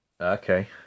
Okay